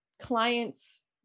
client's